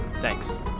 thanks